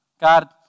God